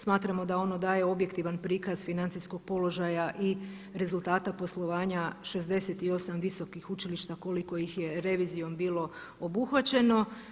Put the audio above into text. Smatramo da ono daje objektivan prikaz financijskog položaja i rezultata poslovanja 68 visokih učilišta koliko ih je revizijom bilo obuhvaćeno.